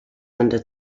under